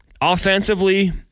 offensively